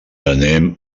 anem